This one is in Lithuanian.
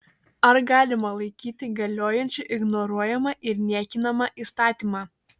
ar galima laikyti galiojančiu ignoruojamą ir niekinamą įstatymą